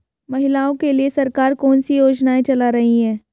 महिलाओं के लिए सरकार कौन सी योजनाएं चला रही है?